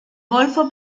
golfo